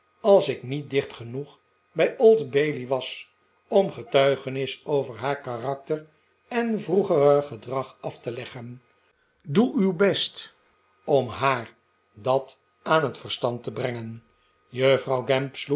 als ik niet dicht genoeg bij old bailey was om getuigenis over haar karakter en vroegere gedrag af te leggen doe uw best om haar dat aan het verstand te brengen juffrouw